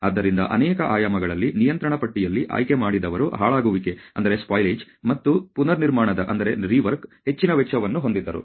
ಆದ್ದರಿಂದ ಅನೇಕ ಆಯಾಮಗಳಲ್ಲಿ ನಿಯಂತ್ರಣ ಪಟ್ಟಿಯಲ್ಲಿ ಆಯ್ಕೆಮಾಡಿದವರು ಹಾಳಾಗುವಿಕೆ ಮತ್ತು ಪುನರ್ನಿರ್ಮಾಣದ ಹೆಚ್ಚಿನ ವೆಚ್ಚವನ್ನು ಹೊಂದಿದ್ದರು